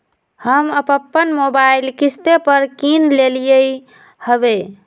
हम अप्पन मोबाइल किस्ते पर किन लेलियइ ह्बे